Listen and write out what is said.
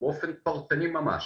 באופן פרטני ממש.